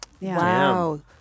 Wow